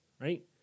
right